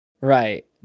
Right